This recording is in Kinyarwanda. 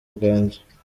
bwanjye